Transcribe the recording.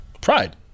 pride